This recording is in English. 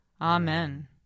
Amen